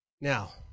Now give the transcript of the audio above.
Now